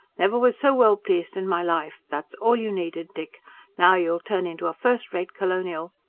never was so well pleased in my life. that's all you needed, dick now you'll turn into a first-rate colonial.